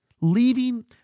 Leaving